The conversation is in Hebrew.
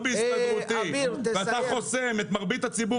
לובי הסתדרותי ואתה חוסם את מרבית הציבור